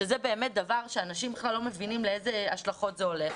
שזה באמת דבר שאנשים בכלל לא מבינים לאיזה השלכות זה הולך.